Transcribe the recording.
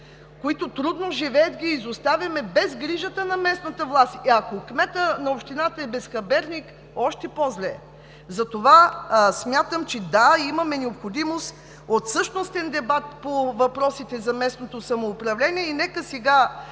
които трудно живеят, ги изоставяме без грижата на местната власт. Ако кметът на общината е безхаберник, още по зле. Затова смятам, че – да, имаме необходимост от същностен дебат по въпросите за местното самоуправление и нека сега